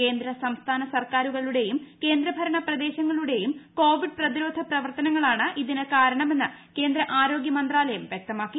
കേന്ദ്ര സംസ്ഥാന സർക്കൂാരുകളുടേയും കേന്ദ്ര ഭരണ പ്രദേശങ്ങളുടെയും കോവിഡ് പ്രിതിരോധ പ്രവർത്തന ങ്ങളാണ് ഇതിന് കാരണമെന്ന് ക്ട്രേന്ദ്ര ആരോഗ്യമന്ത്രാലയം വ്യക്തമാക്കി